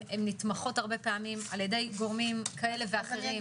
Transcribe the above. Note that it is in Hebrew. נתמכות הרבה פעמים על-ידי גורמים כאלה ואחרים.